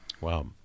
Wow